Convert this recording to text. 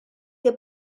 que